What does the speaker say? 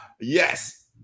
yes